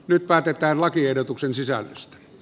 nyt päätetään lakiehdotuksen sisällöstä